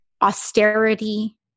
austerity